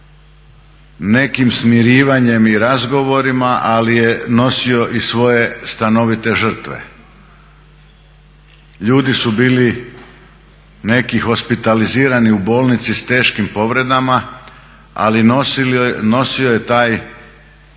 nekim smirivanjem i razgovorima, ali je nosio i svoje stanovite žrtve. Ljudi su bili neki hospitalizirani u bolnici s teškim povredama ali nosio je taj